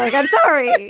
like i'm sorry.